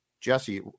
Jesse